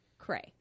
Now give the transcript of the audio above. Cray